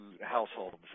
households